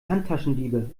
handtaschendiebe